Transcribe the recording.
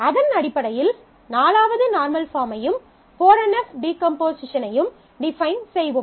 அதன் அடிப்படையில் 4வது நார்மல் பாஃர்ம்மையும் 4NF டீகம்போசிஷனையும் டிஃபைன் செய்வோம்